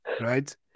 right